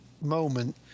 moment